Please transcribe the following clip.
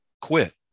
Quit